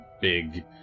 big